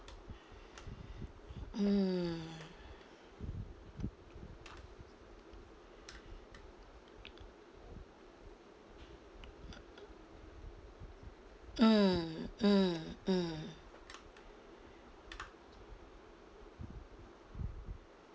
mm mm mm mm